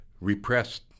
repressed